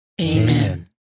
Amen